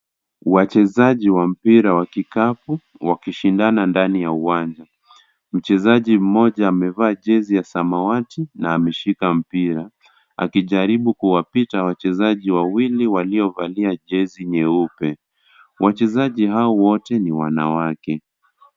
Wachezaji wa mpira wakikapu wakishindana ndani ya uwanja, mchezaji mmoja amevaa jersey ya samawati akishika mpira akijaribu kuwapita wachezaji wawili waliovalia jersey nyeupe, wachezaji hao wote ni wanawake.